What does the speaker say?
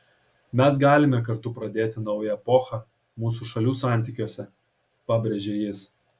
mes galime kartu pradėti naują epochą mūsų šalių santykiuose pabrėžė jis